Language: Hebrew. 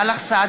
סאלח סעד,